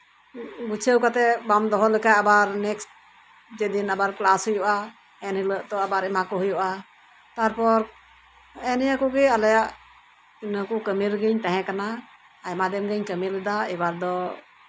ᱜᱩᱪᱷᱟᱹᱣ ᱠᱟᱛᱮᱜ ᱵᱟᱢ ᱫᱚᱦᱚ ᱞᱮᱠᱷᱟᱱ ᱱᱮᱠᱥᱴ ᱡᱮᱫᱤᱱ ᱠᱮᱞᱟᱥ ᱦᱩᱭᱩᱜᱼᱟ ᱮᱱᱦᱤᱞᱳᱜ ᱛᱚ ᱟᱵᱟᱨ ᱮᱢᱟ ᱠᱚ ᱦᱩᱭᱩᱜᱼᱟ ᱛᱟᱨᱯᱚᱨ ᱱᱮᱜ ᱮ ᱱᱤᱭᱟᱹ ᱠᱚᱜᱮ ᱟᱞᱮᱭᱟᱜ ᱱᱤᱭᱟᱹ ᱠᱚ ᱠᱟᱹᱢᱤ ᱨᱮᱜᱮᱧ ᱛᱟᱦᱮᱸ ᱠᱟᱱᱟ ᱟᱭᱢᱟ ᱫᱤᱱ ᱜᱤᱧ ᱠᱟᱹᱢᱤ ᱞᱮᱫᱟ ᱮᱭᱵᱟᱨ ᱫᱚ